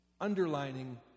underlining